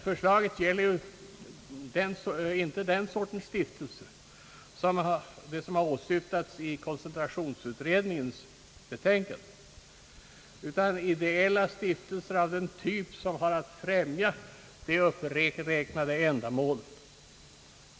Förslaget gäller ju inte den sortens stiftelser som åsyftas i koncentrationsutredningens betänkande, utan ideella stiftelser av den typ som har att främja de uppräknade ändamålen.